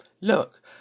look